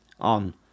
on